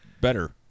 better